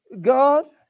God